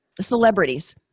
celebrities